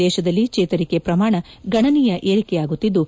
ದೇಶದಲ್ಲಿ ಚೇತರಿಕೆ ಪ್ರಮಾಣ ಗಣನೀಯ ಏರಿಕೆಯಾಗುತ್ತಿದ್ದು